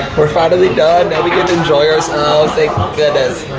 were finally done, now we can enjoy ourselves, thank goodness,